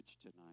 tonight